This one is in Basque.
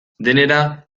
denera